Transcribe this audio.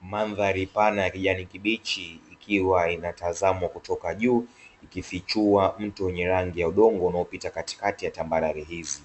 Mandhari pana ya kijani kibichi ikiwa inatazamwa kutoka juu ikifichua mto wenye rangi ya udongo unaopita katikati ya tambarale hizi.